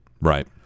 Right